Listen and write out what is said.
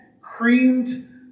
creamed